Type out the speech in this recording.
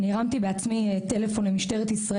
אני הרמתי בעצמי טלפון למשטרת ישראל